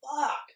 fuck